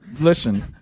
listen